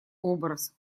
образ